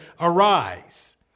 Arise